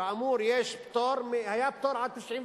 כאמור, היה פטור עד 1995,